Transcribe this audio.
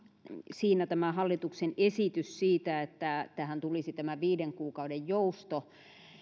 siinä tämä hallituksen esitys siitä että tähän tulisi tämä viiden kuukauden jousto